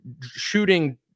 shooting